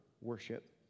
worship